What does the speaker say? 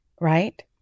right